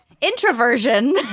Introversion